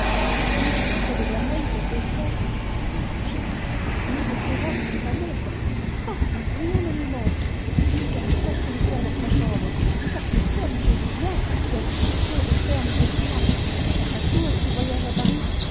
ni des sifflets de vermeil pour ses fouets elle les touchait ni des breloques pour sa montre oh rien ne lui manque jusqu'à un porte liqueurs dans sa chambre car tu t'aimes tu vis bien tu as un château des fermes des bois tu chasses à courre tu voyages à paris